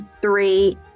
three